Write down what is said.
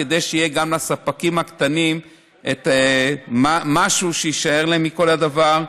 כדי שיהיה גם לספקים הקטנים משהו שיישאר להם מכל הדבר.